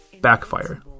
Backfire